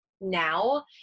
now